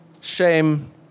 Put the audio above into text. shame